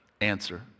Answer